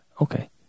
Okay